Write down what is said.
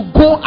go